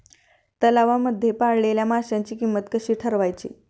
तलावांमध्ये पाळलेल्या माशांची किंमत कशी ठरवायची?